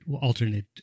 alternate